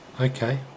Okay